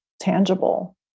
tangible